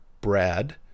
brad